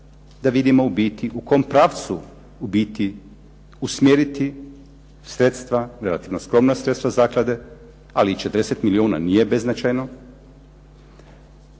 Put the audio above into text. da vidimo u biti u kom pravcu u biti usmjeriti sredstva, relativno skromna sredstva zaklade ali 40 milijuna nije beznačajno.